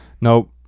Nope